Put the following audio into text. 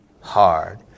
hard